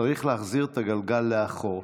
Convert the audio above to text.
צריך להחזיר את הגלגל לאחור.